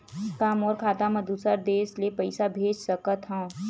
का मोर खाता म दूसरा देश ले पईसा भेज सकथव?